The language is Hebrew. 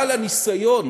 אבל הניסיון